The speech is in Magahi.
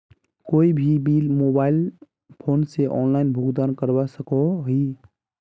कोई भी बिल मोबाईल फोन से ऑनलाइन भुगतान करवा सकोहो ही?